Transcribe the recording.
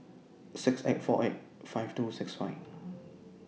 six eight four eight five two six five